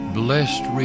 blessed